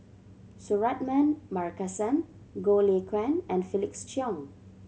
Suratman Markasan Goh Lay Kuan and Felix Cheong